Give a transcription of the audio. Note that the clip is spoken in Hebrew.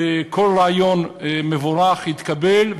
כל רעיון מבורך יתקבל,